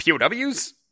POWs